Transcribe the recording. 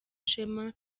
ishema